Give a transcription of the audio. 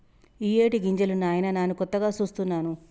ఇయ్యేటి గింజలు నాయిన నాను కొత్తగా సూస్తున్నాను